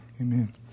Amen